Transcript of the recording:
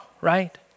right